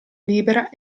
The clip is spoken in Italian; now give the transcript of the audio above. libera